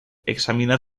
examinar